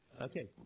Okay